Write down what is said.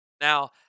Now